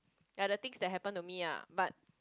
ya the things that happen to me ah but